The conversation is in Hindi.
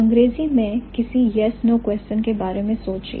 अंग्रेजी में किसी yes no question के बारे में सोचिए